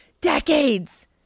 decades